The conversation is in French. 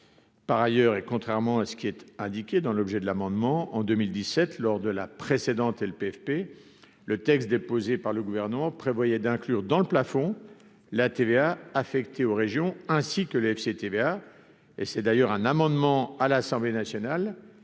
par ailleurs, et contrairement à ce qui était indiqué dans l'objet de l'amendement en 2017 lors de la précédente LPFP le texte déposé par le gouvernement prévoyait d'inclure dans le plafond, la TVA affectée aux régions, ainsi que le FCTVA et c'est d'ailleurs un amendement à l'Assemblée nationale